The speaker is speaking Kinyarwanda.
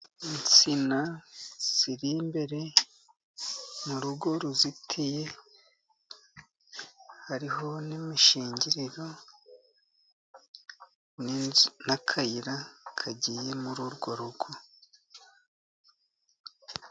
Insina ziri imbere mu rugo ruzitiye, hariho n’imishingiriro n’akayira kagiye muri urwo rugo.